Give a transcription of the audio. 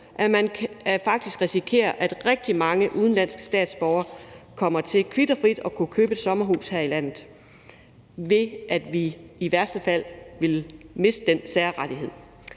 så man faktisk risikerer, at rigtig mange udenlandske statsborgere kommer til – sådan kvit og frit – at kunne købe et sommerhus her i landet, ved at vi i værste fald mister denne særrettighed.